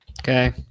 Okay